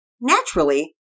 Naturally